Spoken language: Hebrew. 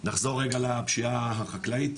נחזור רגע לפשיעה החקלאית.